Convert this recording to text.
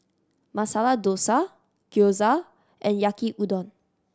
Masala Dosa Gyoza and Yaki Udon